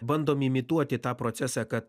bandom imituoti tą procesą kad